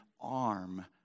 arm